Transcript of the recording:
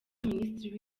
minisitiri